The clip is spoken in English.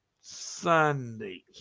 Sunday